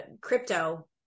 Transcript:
crypto